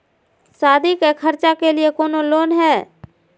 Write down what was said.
सादी के खर्चा के लिए कौनो लोन है?